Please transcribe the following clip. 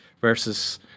versus